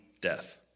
death